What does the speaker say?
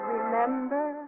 Remember